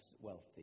wealthy